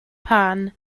pan